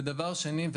ודבר שני,